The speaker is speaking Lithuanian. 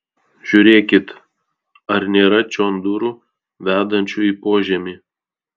žiūrėkit ar nėra čion durų vedančių į požemį